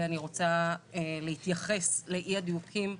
אני רוצה להתייחס לאי הדיוקים,